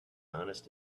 honest